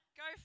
go